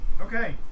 Okay